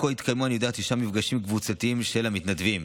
אני יודע שעד כה התקיימו תשעה מפגשים קבוצתיים של המתנדבים.